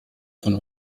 von